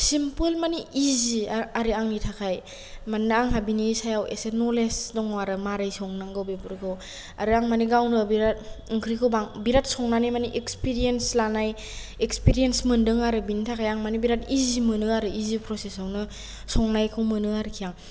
simple मानि easy आरो आंनि थाखाय मानोना आंहा बिनि सायाव एसे नलेदज दङ आरो मारै संनांगौ बेफोरखौ आरो आं मानो गावनो बिराथ ओंख्रिखौ बिराथ संनानै मैने एक्सफिरेनस लानाय एक्सफिरेनस मोन्दों आरो बेनि थाखाय आं बिराथ इजि मोनो इजि फ्रेसेस आवनो संनायखौ मोनो आरखि आं